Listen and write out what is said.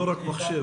לא רק מחשב.